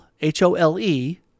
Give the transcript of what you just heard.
H-O-L-E